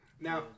Now